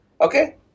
Okay